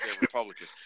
Republican